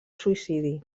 suïcidi